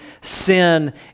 sin